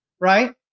right